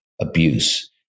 abuse